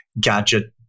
gadget